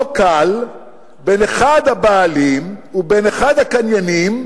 קל בין אחד הבעלים ובין אחד הקניינים,